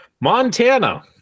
Montana